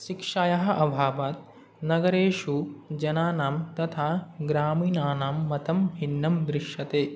शिक्षायाः अभावात् नगरेषु जनानां तथा ग्रामीणानां मतं भिन्नं दृश्यते